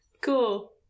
Cool